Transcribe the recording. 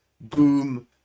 boom